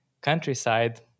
countryside